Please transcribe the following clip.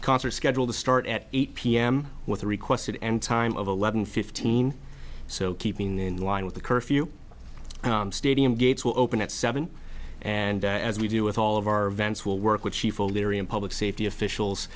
concerts scheduled to start at eight p m with a requested and time of eleven fifteen so keeping in line with the curfew stadium gates will open at seven and as we do with all of our vents will work which she folded and public safety officials